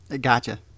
Gotcha